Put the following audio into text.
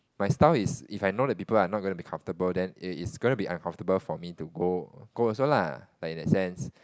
my style is if I know the people are not going to be comfortable then it's it's going to be uncomfortable for me to go go also lah like in that sense